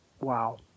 wow